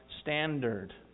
standard